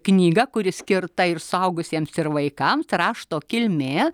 knyga kuri skirta ir suaugusiems ir vaikams rašto kilmė